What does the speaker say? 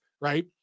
right